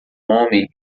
homem